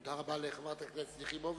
תודה רבה לחברת הכנסת יחימוביץ.